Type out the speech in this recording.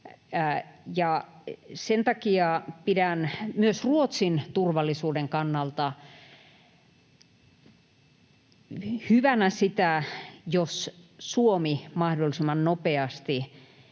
Sen takia pidän myös Ruotsin turvallisuuden kannalta hyvänä sitä, jos Suomi mahdollisimman nopeasti